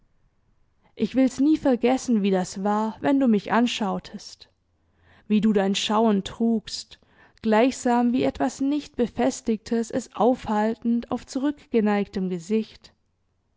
ich wills nie vergessen wie das war wenn du mich anschautest wie du dein schauen trugst gleichsam wie etwas nicht befestigtes es aufhaltend auf zurückgeneigtem gesicht